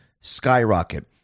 skyrocket